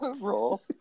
Roll